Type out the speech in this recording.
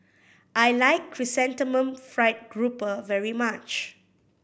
I like Chrysanthemum Fried Grouper very much